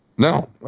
No